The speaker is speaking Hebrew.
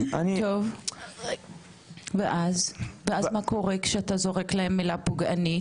טוב ואז מה קורה כשאתה זורק להם מילה פוגענית?